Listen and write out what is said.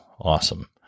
awesome